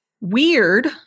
weird